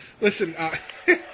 Listen